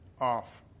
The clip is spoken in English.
off